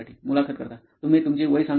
मुलाखत कर्ता तुम्ही तुमचे वय सांगाल का